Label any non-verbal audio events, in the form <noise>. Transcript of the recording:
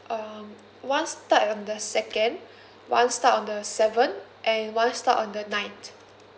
um one start on the second <breath> one start on the seventh and one start on the ninth